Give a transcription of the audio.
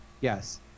Yes